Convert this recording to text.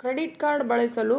credit card ಬಳಸಲು